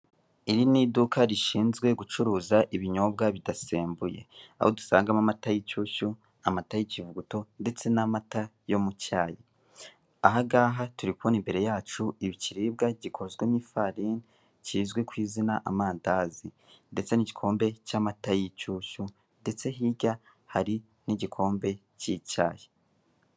Iri ni iduka rushinzwe gucuruza ibinyobwa bidasembuye, aho dusangamo amata y'inshyushyu, amata y'ikivuguto ndetse n'amata yo mu cyayi. Ahangaha turi kubona imbere yacu ikiribwa gikozwe mu ifarini, kizwi kw'izina amandazi ndetse n'igikombe cy'amata y'inshyushyu ndetse hirya hari n'igikombe cy'icyayi.